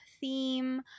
theme